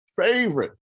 favorite